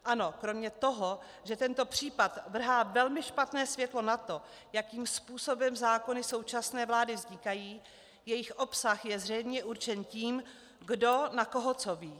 Ano, kromě toho, že tento případ vrhá velmi špatné světlo na to, jakým způsobem zákony současné vlády vznikají, jejich obsah je zřejmě určen tím, kdo na koho co ví.